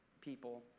people